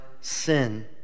sin